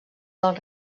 del